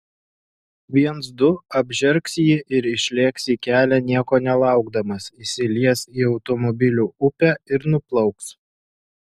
viens du apžergs jį ir išlėks į kelią nieko nelaukdamas įsilies į automobilių upę ir nuplauks